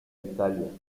italia